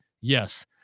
Yes